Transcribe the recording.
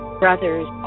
brothers